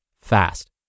fast